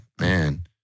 man